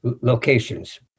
locations